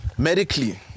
Medically